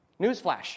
Newsflash